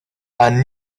and